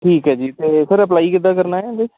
ਠੀਕ ਹੈ ਜੀ ਅਤੇ ਸਰ ਅਪਲਾਈ ਕਿੱਦਾਂ ਕਰਨਾ ਹੈ ਇਹਦੇ 'ਚ